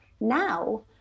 now